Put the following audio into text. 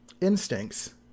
instincts